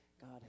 God